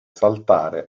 saltare